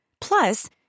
Plus